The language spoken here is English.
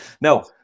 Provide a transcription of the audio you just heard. No